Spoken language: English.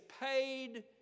paid